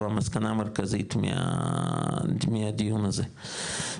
המסקנה המרכזית מהדיון הזה.